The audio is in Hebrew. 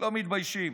לא מתביישים.